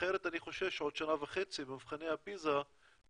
אחרת אני חושש שבעוד שנה וחצי במבחני הפיז"ה לא